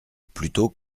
plutôt